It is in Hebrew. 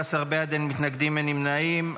15 בעד, אין מתנגדים, אין נמנעים.